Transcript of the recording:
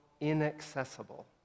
inaccessible